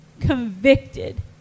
convicted